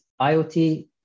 IOT